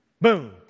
Boom